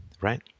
Right